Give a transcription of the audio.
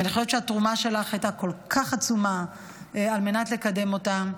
ואני חושבת שהתרומה שלך הייתה כל כך עצומה על מנת לקדם אותם,